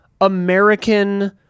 American